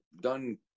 done